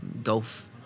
golf